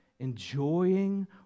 enjoying